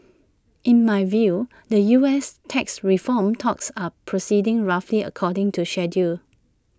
in my view the U S tax reform talks are proceeding roughly according to schedule